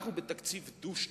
אנחנו בתקציב דו-שנתי,